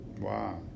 Wow